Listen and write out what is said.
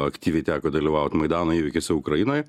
aktyviai teko dalyvaut maidano įvykiuose ukrainoj